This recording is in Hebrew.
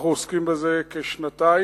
אנחנו עוסקים בזה כשנתיים,